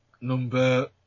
number